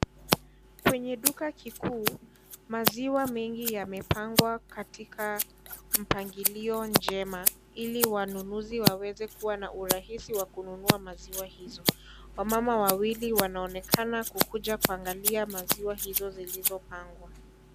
Kwenye duka kikuu, maziwa mengi yamepangwa katika mpangilio chema ili wanunuzi waweze kuwa na urahisi wa kununua maziwa hizo. Wamama wawili wanaonekana kukuja kuangalia maziwa hizo zilizopangwa.